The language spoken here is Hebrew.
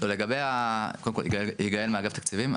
קודם כל, אני יגאל מאגף תקציבים.